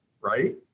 right